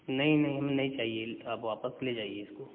नहीं नहीं हम नहीं चाहिए आप वापस ले जाइए इसको